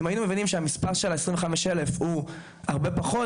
אם היינו מבינים שהמספר של 25,000 אלף הוא הרבה פחות,